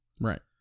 Right